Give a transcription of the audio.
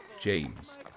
James